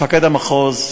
מפקד המחוז,